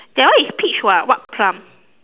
that one is peach [what] what plum